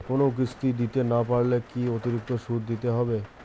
কোনো কিস্তি দিতে না পারলে কি অতিরিক্ত সুদ দিতে হবে?